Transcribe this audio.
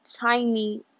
tiny